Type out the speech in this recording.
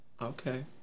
Okay